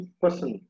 person